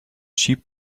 sheep